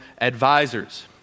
advisors